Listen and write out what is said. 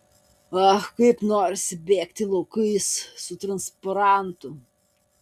ach kaip norisi bėgti laukais su transparantu